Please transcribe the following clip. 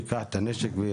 ייקח את הנשק?